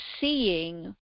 seeing